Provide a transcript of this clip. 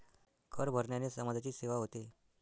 कर भरण्याने समाजाची सेवा होते